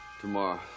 Tomorrow